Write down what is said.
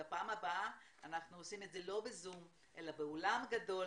בפעם הבאה אנחנו עושים את זה לא ב-זום אלא באולם גדול